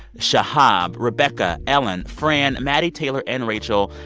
shahab, rebecca, ellen, fran, maddie, taylor and rachel,